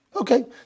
Okay